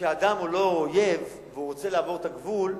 שכשאדם הוא לא אויב, והוא רוצה לעבור את הגבול,